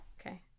Okay